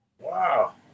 Wow